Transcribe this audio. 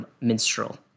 minstrel